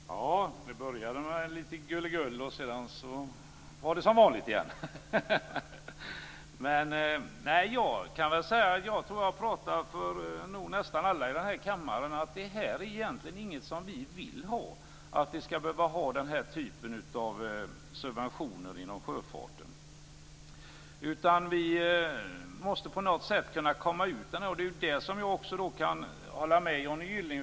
Fru talman! Det började med lite gullegull, men sedan var det som vanligt igen. Jag tror att jag talar för nästan alla här i kammaren när jag säger att denna typ av subventioner inom sjöfarten egentligen inte är något som vi vill ha. Vi måste på något sätt komma bort från detta. Här kan jag hålla med Johnny Gylling.